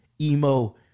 emo